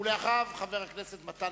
ולאחר מכן,